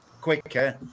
quicker